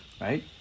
right